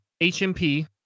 HMP